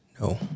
No